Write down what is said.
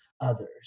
others